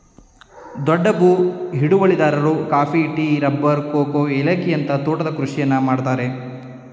ದೊಡ್ಡ ಭೂ ಹಿಡುವಳಿದಾರರು ಕಾಫಿ, ಟೀ, ರಬ್ಬರ್, ಕೋಕೋ, ಏಲಕ್ಕಿಯಂತ ತೋಟದ ಕೃಷಿಯನ್ನು ಮಾಡ್ತರೆ